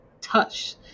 touch